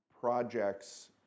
projects